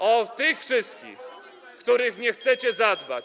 O tych wszystkich, o których nie chcecie zadbać.